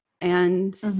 and-